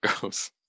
goes